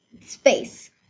space